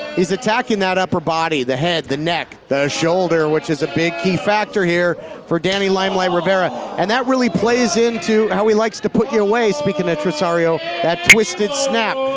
he's attacking that upper body, the head, the neck, the shoulder, which is a big key factor here for danny limelight rivera. and that really plays into how he likes to put you away, speaking of trissario, that twisted snap,